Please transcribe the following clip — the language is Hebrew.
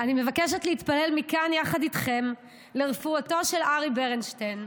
אני מבקשת להתפלל מכאן יחד איתכם לרפואתו של ארי ברנשטיין: